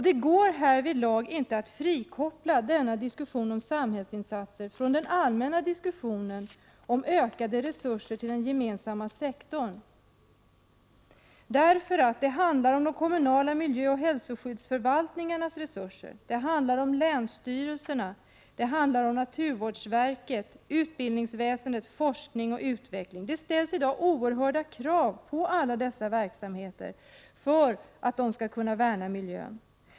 Det går härvidlag inte att frikoppla denna diskussion om samhällets insatser från den allmänna diskussionen om ökade resurser till den gemensamma sektorn, därför att det handlar om de kommunala miljöoch hälsoskyddsförvaltningarnas resurser, det handlar om länsstyrelserna, det handlar om naturvårdsverket, utbildningsväsendet, forskning och utveckling. Det ställs i dag oerhörda krav på alla dessa verksamheter, för att de skall kunna värna miljön.